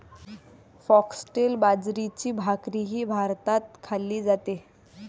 foxtail बाजरीची भाकरीही भारतात खाल्ली जाते